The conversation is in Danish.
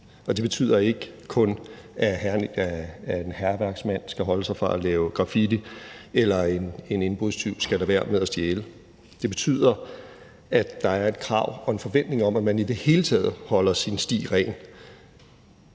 Det betyder ikke kun, at en hærværksmand skal holde sig fra at lave graffiti, eller at en indbrudstyv skal lade være med at stjæle. Det betyder, at der er et krav og en forventning om, at man i det hele taget holder sin sti ren.